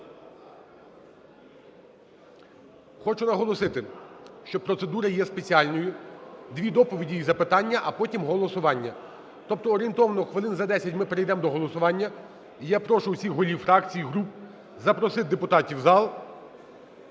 Хочу наголосити, що процедура є спеціальною: дві доповіді і запитання, а потім голосування. Тобто орієнтовно хвилин за 10 ми перейдемо до голосування, і я прошу всіх голів фракцій, груп запросити депутатів в зал,